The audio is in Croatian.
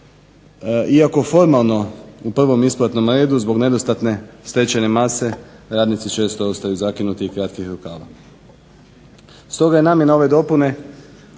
iako formalno u prvom isplatnom redu zbog nedostatne stečajne mase radnici često ostaju zakinuti i kratkih rukava.